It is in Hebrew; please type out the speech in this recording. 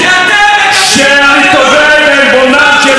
בושה שאתם מקבלים התבוללות,